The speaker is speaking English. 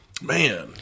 Man